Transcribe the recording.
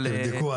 אבל --- תבדקו.